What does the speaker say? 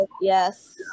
yes